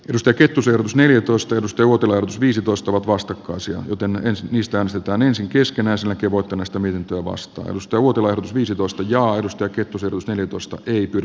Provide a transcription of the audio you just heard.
tästä kettusen neljätoista edusti uutela viisi toistuvat vastakkaisia kuten myös niistä osataan ensin keskenään selkävoiton estäminen tuo vasta ennusteluvut ovat viisitoista ja edustaa kettusetusta natosta ei pidä